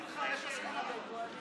75 חברי כנסת בעד, אחד נמנע.